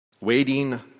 Waiting